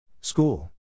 School